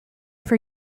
for